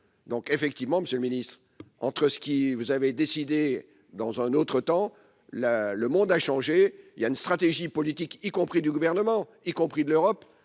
donc effectivement, Monsieur le Ministre, entre ceux qui vous avez décidé, dans un autre temps le le monde a changé il y a une stratégie politique, y compris du gouvernement, y compris de l'Europe